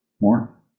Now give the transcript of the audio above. More